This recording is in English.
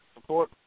Support